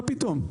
מה פתאום.